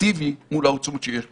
אפקטיבי מול העוצמות שיש פה.